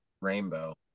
rainbow